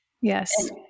Yes